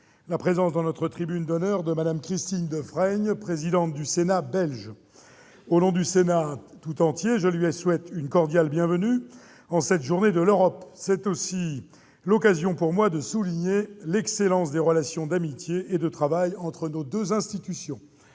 la présence dans notre tribune d'honneur de Mme Christine Defraigne, présidente du Sénat belge. Au nom du Sénat tout entier, je lui souhaite une cordiale bienvenue en cette journée de l'Europe. C'est aussi l'occasion pour moi de souligner l'excellence des relations d'amitié et de travail entre nos deux institutions.